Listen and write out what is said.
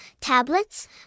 tablets